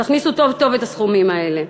תכניסו טוב טוב את הסכומים האלה,